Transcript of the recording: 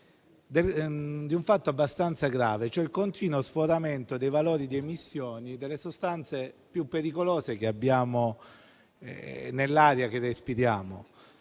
per un fatto abbastanza grave, cioè il continuo sforamento dei valori di emissioni delle sostanze più pericolose che abbiamo nell'aria che respiriamo: